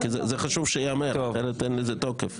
כי זה חשוב שייאמר, אחרת אין לזה תוקף.